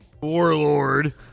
Warlord